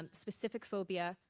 um specific phobia,